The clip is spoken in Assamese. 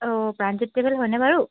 অ' প্ৰানজিৎ ট্ৰেভেলছ্ হয় নে বাৰু